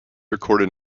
recorded